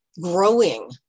growing